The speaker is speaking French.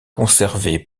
conservés